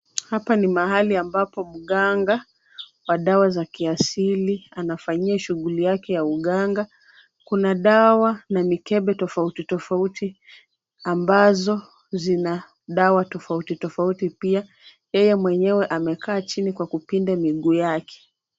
Hapa ni mahali ambapo mganga wa dawa ya kiasili anafanyia shughuli yake ya uganga. Kuna dawa na mikebe tofauti tofauti ambazo zina dawa tofauti tofauti pia ,yeye mwenyewe amekaa chini kwa kupinda miguu yake.